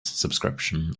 subscriptions